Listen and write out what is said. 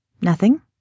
Nothing